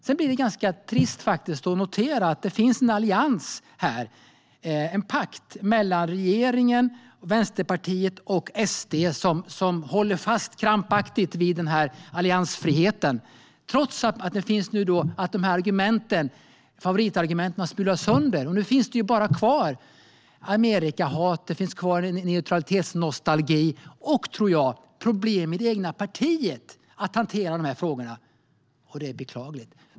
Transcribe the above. Sedan är det ganska trist att notera att det finns en allians här - en pakt - mellan regeringen, Vänsterpartiet och Sverigedemokraterna som krampaktigt håller fast vid alliansfriheten, trots att favoritargumenten har smulats sönder. Nu finns det bara Amerikahat, neutralitetsnostalgi och, tror jag, problem i det egna partiet kvar när det gäller att hantera dessa frågor. Det är beklagligt.